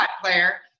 Claire